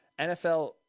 NFL